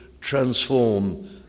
transform